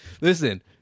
Listen